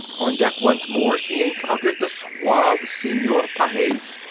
on deck once more, she encountered the suave senor pages.